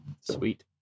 Sweet